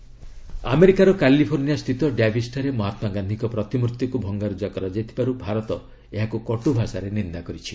Gandhiji statue ଆମେରିକାର କାଲିଫର୍ଣ୍ଣିଆସ୍ଥିତ Davis ଠାରେ ମହାତ୍ରାଗାନ୍ଧିଙ୍କ ପ୍ରତିମୂର୍ତ୍ତିକୁ ଭଙ୍ଗାରୁଜା କରାଯାଇଥିବାରୁ ଭାରତ ଏହାକୁ କଟ୍ଭାଷାରେ ନିନ୍ଦା କରିଛି